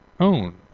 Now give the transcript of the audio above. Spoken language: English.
own